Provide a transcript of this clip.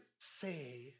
say